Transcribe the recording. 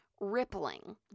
rippling